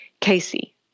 Casey